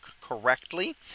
correctly